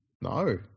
No